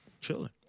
chilling